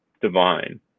divine